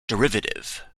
derivative